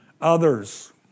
others